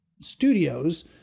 studios